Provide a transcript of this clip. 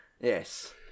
Yes